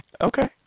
Okay